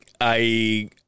I-